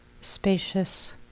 spacious